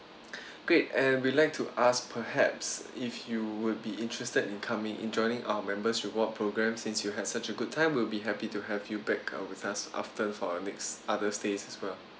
great and we'd like to ask perhaps if you would be interested in coming in joining our members reward programs since you had such a good time we'll be happy to have you back uh with us often for a next other stays as well